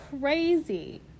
crazy